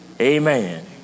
Amen